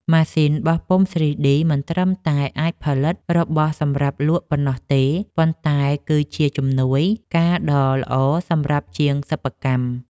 ម៉ាស៊ីនបោះពុម្ព 3D មិនត្រឹមតែអាចផលិតរបស់សម្រាប់លក់ប៉ុណ្ណោះទេ ប៉ុន្តែ គឺ ជាជំនួយការដ៏ល្អសម្រាប់ជាងសិប្បកម្ម។